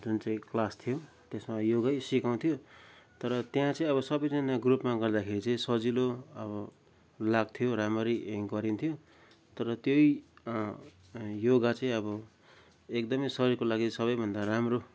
जुन चाहिँ क्लास थियो त्यसमा योगै सिकाउँथ्यो तर त्यहाँ चाहिँ अब सबैजना ग्रुपमा गर्दाखेरि चाहिँ सजिलो अब लाग्थ्यो राम्ररी गरिन्थ्यो तर त्यही योगा चाहिँ अब एकदमै शरीरको लागि सबैभन्दा राम्रो